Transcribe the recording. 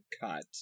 cut